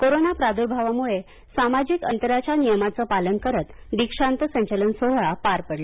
corona प्राद्र्भावामुळे सामाजिक अंतराच्या नियमांच पालन करत दीक्षांत संचलन सोहळा पार पडला